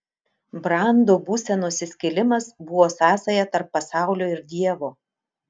brando būsenos įskilimas buvo sąsaja tarp pasaulio ir dievo